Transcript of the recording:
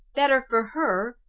better for her,